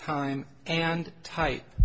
time and tight